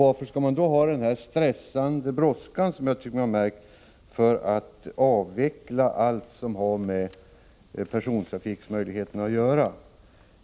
Varför då stressa och ha sådan brådska att avveckla allt som har med persontrafikens möjligheter att göra?